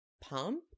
Pump